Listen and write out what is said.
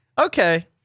Okay